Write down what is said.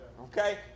Okay